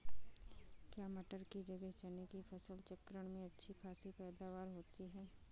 क्या मटर की जगह चने की फसल चक्रण में अच्छी खासी पैदावार होती है?